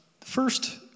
first